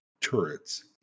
turrets